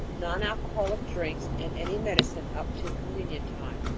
non-alcoholic drinks, and any medicine up to communion time.